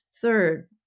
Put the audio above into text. Third